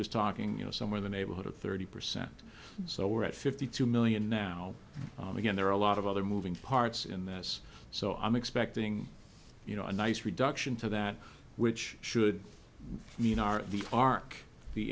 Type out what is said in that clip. was talking you know somewhere the neighborhood of thirty percent so we're at fifty two million now and again there are a lot of other moving parts in this so i'm expecting you know a nice reduction to that which should mean our the arc the